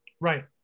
Right